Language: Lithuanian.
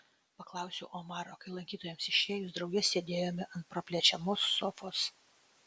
paklausiau omaro kai lankytojams išėjus drauge sėdėjome ant praplečiamos sofos